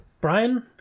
Brian